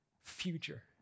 future